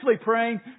praying